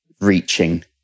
reaching